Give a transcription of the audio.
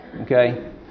okay